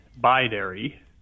binary